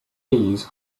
ease